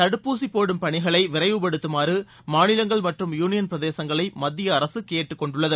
தடுப்பூசிபோடும் பணிகளைவிரைவுப்படுத்துமாறுமாநிலங்கள் மற்றும் யூனியன் பிரதேசங்களைமத்தியஅரசுகேட்டுக்கொண்டுள்ளது